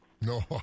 No